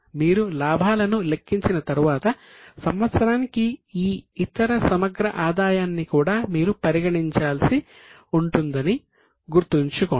మీరు లాభాలను లెక్కించిన తర్వాత సంవత్సరానికి ఈ ఇతర సమగ్ర ఆదాయాన్ని కూడా మీరు పరిగణించాల్సి ఉంటుందని గుర్తుంచుకోండి